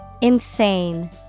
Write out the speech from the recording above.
Insane